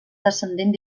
descendent